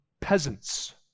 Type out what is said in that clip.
peasants